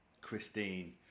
Christine